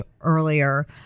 earlier